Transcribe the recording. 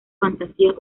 fantasías